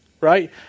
right